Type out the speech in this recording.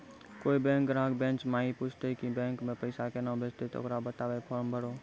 कोय बैंक ग्राहक बेंच माई पुछते की बैंक मे पेसा केना भेजेते ते ओकरा बताइबै फॉर्म भरो